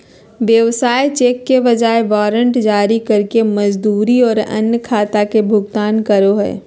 व्यवसाय चेक के बजाय वारंट जारी करके मजदूरी और अन्य खाता के भुगतान करो हइ